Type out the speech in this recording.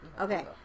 okay